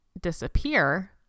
disappear